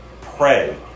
pray